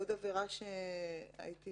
עוד עבירה שלא נמצאת פה והייתי